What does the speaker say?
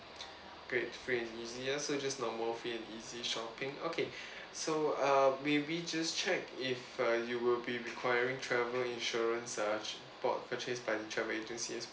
great free and easy uh so it just normal free and easy shopping okay so uh may be just check if uh you will be requiring travel insurance uh bought purchase by the travel agencies as well